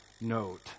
note